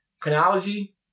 Chronology